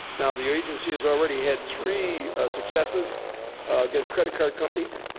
now, the agency has already had three successes against credit card companies.